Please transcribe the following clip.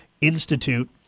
Institute